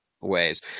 ways